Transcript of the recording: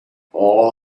all